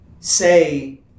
say